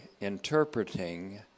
interpreting